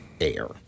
air